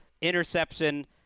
interception